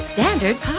Standard